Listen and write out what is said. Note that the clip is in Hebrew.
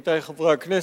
עמיתי חברי הכנסת,